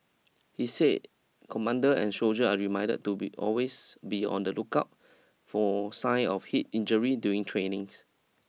he said commander and soldier are reminded to be always be on the lookout for signs of heat injury during trainings